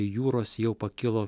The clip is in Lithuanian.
jūros jau pakilo